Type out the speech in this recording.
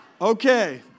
Okay